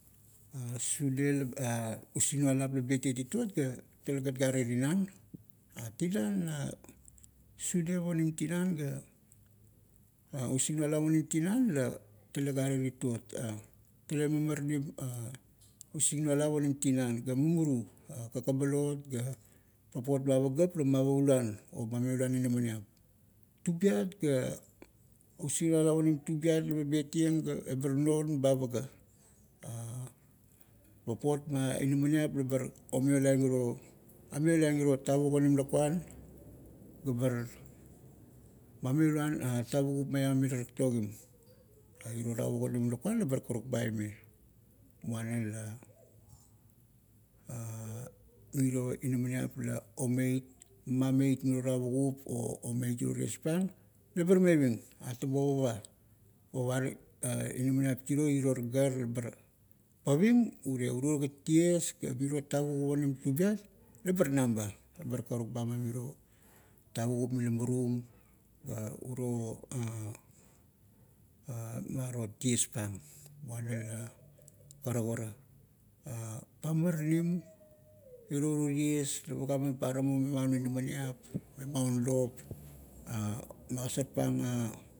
Sude, using nualap la betieng tituot ga talegat gare tinan. Tinan la, sude onim tinan ga, usingnualap onim tinan la tale gare tituot. Tale mamaranim usingnualap onim tinan, ga mumuru. Kakabalot ga papot ma pagap la mavaluan, o mameuluan inamaniap. Tubiat ga, usingnualap onim tubiat laba betieng ga ebar non ba paga. papot ma inamaniap labar omiolaing iro, ameolaing iro tavuk onim lakuan, gabar mameuluan tavukup maiam mila taktogim. Pa iro tavuk onim lakuan labar karuk ba aime. Muana la, miro inamaniap la omeit, mameit miro tavukup o, omeulo tiespang labar meving, atabo, pava, pavar inamaniap tiro, iror gar labar paving, urie uror gat ties ga miro gat tavukup onim tubiat la bar nam ba, ebar karuk ba ma miro tavukup mila murum ga uro maro tiespang muana karukara pa maranim iro uro ties la paga man paramo me un inamaniap, me maun lop magasarpang